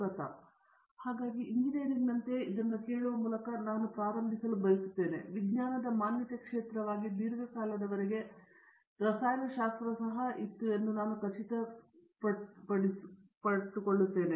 ಪ್ರತಾಪ್ ಹರಿಡೋಸ್ ಹಾಗಾಗಿ ಇಂಜಿನಿಯರಿಂಗ್ನಂತೆಯೇ ಇದನ್ನು ಕೇಳುವ ಮೂಲಕ ನಾನು ಪ್ರಾರಂಭಿಸಲು ಬಯಸುತ್ತೇನೆ ವಿಜ್ಞಾನದ ಮಾನ್ಯತೆ ಕ್ಷೇತ್ರವಾಗಿ ದೀರ್ಘಕಾಲದವರೆಗೆ ರಸಾಯನಶಾಸ್ತ್ರ ಸಹ ಎಂದು ನಾನು ಖಚಿತವಾಗಿರುತ್ತೇನೆ